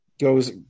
goes